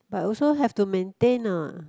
but also have to maintain uh